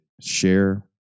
Share